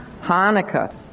Hanukkah